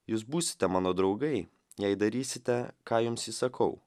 jūs būsite mano draugai jei darysite ką jums įsakau